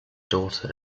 daughter